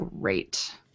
great